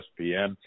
ESPN